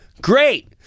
Great